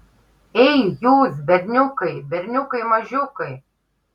ei jūs berniukai berniukai mažiukai